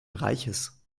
reiches